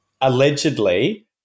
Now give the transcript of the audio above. allegedly